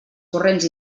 corrents